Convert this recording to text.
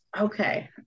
Okay